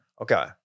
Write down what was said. Okay